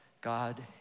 God